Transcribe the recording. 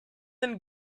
and